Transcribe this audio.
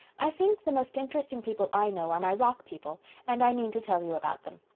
i think the most interesting people i know are my rock people and i mean to tell you about them.